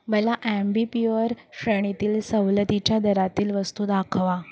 मला ॲम्बीप्युअर श्रेणीतील सवलतीच्या दरातील वस्तू दाखवा